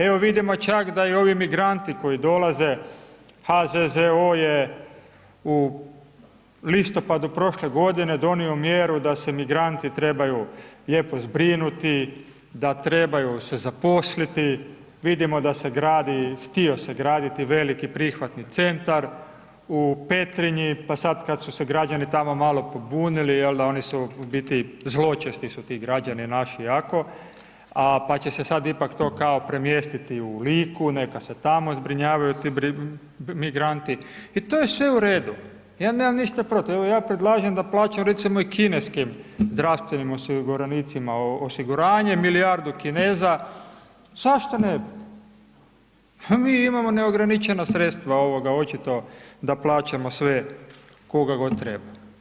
Evo vidimo čak da i ovi migranti koji dolaze, HZZO je u listopadu prošle godine donio mjeru da se migranti trebaju lijepo zbrinuti, da trebaju se zaposliti, vidimo da se gradi, htio se graditi veliki prihvatni centar u Petrinji, pa sad kad su se građani tamo malo pobunili, jel da oni su u biti, zločasti su ti građani naši jako, pa će se sad ipak to kao premjestiti u Liku, neka se tamo zbrinjavaju ti migranti i to je sve u redu, ja nemam ništa protiv, evo ja predlažem da plaćaju recimo i kineskim zdravstvenim osiguranicima osiguranje, milijardu Kineza, zašto ne bi, pa mi imamo neograničena sredstva očito da plaćamo sve koga god treba.